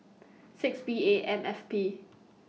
six B A M F P